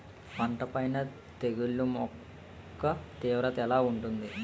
పంట పైన తెగుళ్లు యెక్క తీవ్రత ఎలా ఉంటుంది